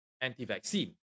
anti-vaccine